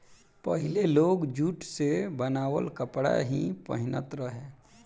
पहिले लोग जुट से बनावल कपड़ा ही पहिनत रहे